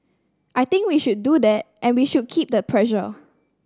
I think we should do that and we should keep the pressure